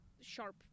sharp